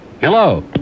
Hello